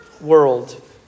world